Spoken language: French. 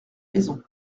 maison